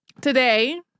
Today